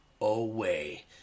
away